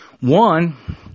One